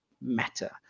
matter